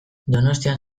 donostian